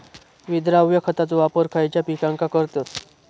विद्राव्य खताचो वापर खयच्या पिकांका करतत?